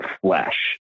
flesh